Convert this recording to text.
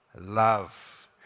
love